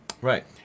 Right